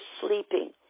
sleeping